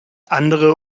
andere